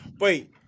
Wait